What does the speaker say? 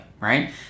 Right